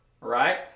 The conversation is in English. Right